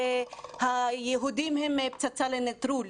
היהודים הם פצצה לנטרול.